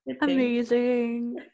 Amazing